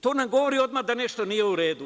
To nam govori odmah da nešto nije u redu.